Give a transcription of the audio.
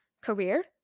career